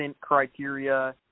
criteria